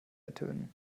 ertönen